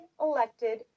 elected